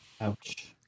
Ouch